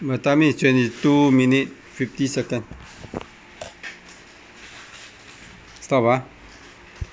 my timing is twenty two minute fifty second stop ah